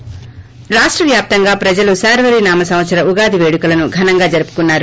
ి రాష్ట వ్యాప్తంగా ప్రజలు శార్పరి నామ సంవత్సర ఉగాది వేడుకలను ఘనంగా జరుపుకున్నారు